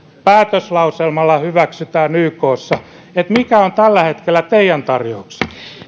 päätöslauselmalla hyväksytään ykssa että mikä on tällä hetkellä teidän tarjouksenne